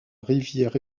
rivière